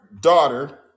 daughter